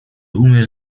umiesz